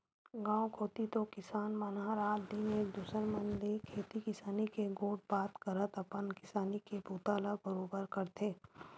गाँव कोती तो किसान मन ह रात दिन एक दूसर मन ले खेती किसानी के गोठ बात करत अपन किसानी के बूता ला बरोबर करथे